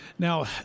now